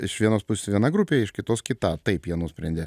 iš vienos pusės viena grupė iš kitos kita taip jie nusprendė